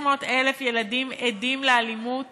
600,000 ילדים עדים לאלימות